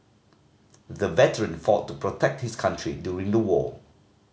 the veteran fought to protect his country during the war